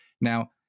Now